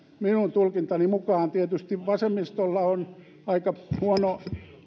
minun tulkintani mukaan tietysti vasemmistolla on aika huono